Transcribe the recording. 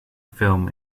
film